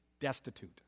destitute